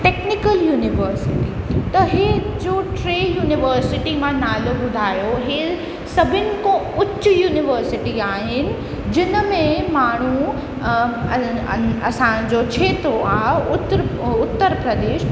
technical university त इहे जो टे यूनिवर्सिटी मां नालो ॿुधायो इहे सभिनी खां उच यूनिवर्सिटी आहिनि जिनि में माण्हू असांजो खेत्रु आहे उत्र उत्तर प्रदेश